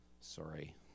Sorry